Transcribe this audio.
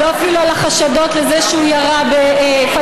ואפילו לא על החשדות לזה שהוא ירה בפלסטיני.